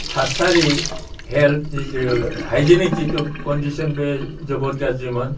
थासारि हेल्थ जितु हाइजेनिक जितु कण्डिसन बे बहुत गाज्रिमोन